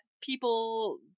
people